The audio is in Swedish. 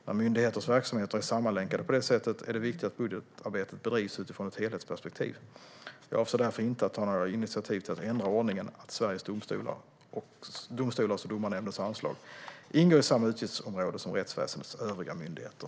När myndigheters verksamheter är sammanlänkade på det sättet är det viktigt att budgetarbetet bedrivs utifrån ett helhetsperspektiv. Jag avser därför inte att ta några initiativ till att ändra ordningen att Sveriges Domstolars och Domarnämndens anslag ingår i samma utgiftsområde som rättsväsendets övriga myndigheter.